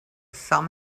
some